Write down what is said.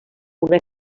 una